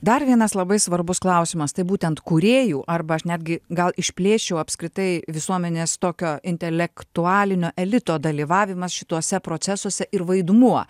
dar vienas labai svarbus klausimas tai būtent kūrėjų arba aš netgi gal išplėščiau apskritai visuomenės tokio intelektualinio elito dalyvavimas šituose procesuose ir vaidmuo